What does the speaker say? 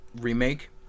remake